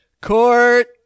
Court